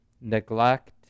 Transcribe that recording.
neglect